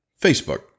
Facebook